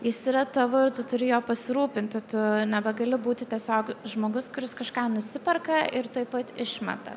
jis yra tavo ir tu turi jo pasirūpinti tu nebegali būti tiesiog žmogus kuris kažką nusiperka ir tuoj pat išmeta